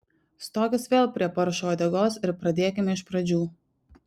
stokis vėl prie paršo uodegos ir pradėkime iš pradžių